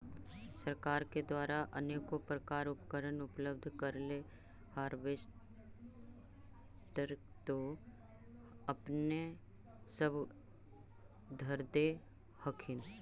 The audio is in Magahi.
सरकार के द्वारा अनेको प्रकार उपकरण उपलब्ध करिले हारबेसटर तो अपने सब धरदे हखिन?